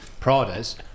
Pradas